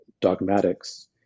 dogmatics